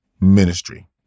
ministry